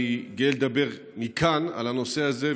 אני גאה לדבר מכאן על הנושא הזה,